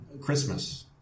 Christmas